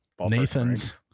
Nathan's